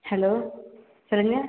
hello சொல்லுங்கள்